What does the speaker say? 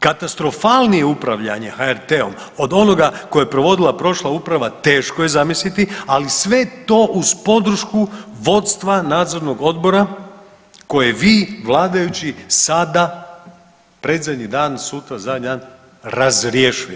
Katastrofalno upravljanje HRT-om od onoga koje je provodila prošla uprava teško je zamisliti, ali sve to uz podršku vodstva nadzornog odbora koje vi vladajući sada predzadnji dan, sutra zadnji dan razrješujete.